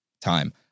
time